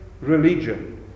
religion